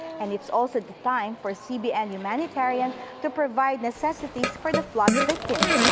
and it is also the time for cbn humanitarian to provide necessities for the flood victims,